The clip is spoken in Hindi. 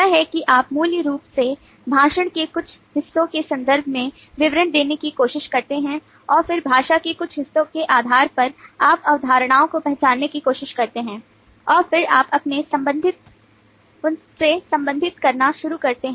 यह है कि आप मूल रूप से भाषण के कुछ हिस्सों के संदर्भ में विवरण देने की कोशिश करते हैं और फिर भाषण के कुछ हिस्सों के आधार पर आप अवधारणाओं को पहचानने की कोशिश करते हैं और फिर आप उनसे संबंधित करना शुरू करते हैं